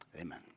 amen